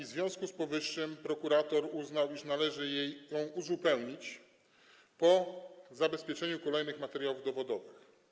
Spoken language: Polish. W związku z powyższym prokurator uznał, iż należy ją uzupełnić po zabezpieczeniu kolejnych materiałów dowodowych.